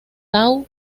tau